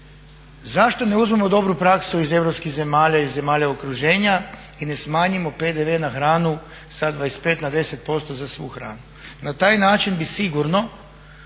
zašto ne uzmemo dobru praksu iz europskih zemalja, iz zemalja okruženja i ne smanjimo PDV na hranu sa 25 na 10% za svu hranu. Na taj način bi sigurno